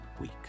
week